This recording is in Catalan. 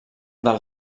del